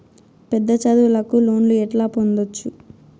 పెద్ద చదువులకు లోను ఎట్లా పొందొచ్చు